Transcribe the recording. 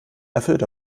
erfüllt